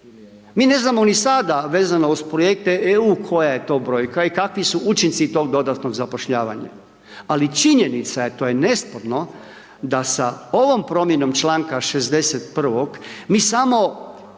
Mi ne znamo ni sada vezano uz Projekte EU koja je to brojka i kakvi su učinci tog dodatnog zapošljavanja, ali činjenica je, to je nesporno da sa ovom promjenom čl. 61. mi samo